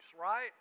right